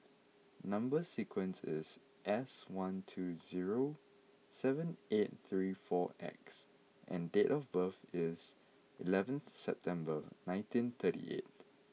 number sequence is S one two zero seven eight three four X and date of birth is eleven September nineteen thirty eight